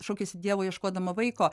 šaukiasi dievo ieškodama vaiko